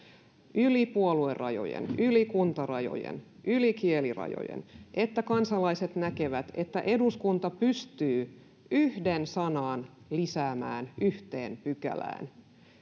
yli puoluerajojen yli kuntarajojen yli kielirajojen kansalaiset näkevät että eduskunta pystyy yhden sanan lisäämään yhteen pykälään